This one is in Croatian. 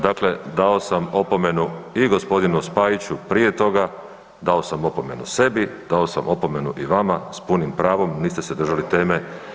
Dakle, dao sam opomenu i g. Spajiću prije toga, dao sam opomenu sebi, dao sam opomenu i vama s punim pravom, niste se držali teme.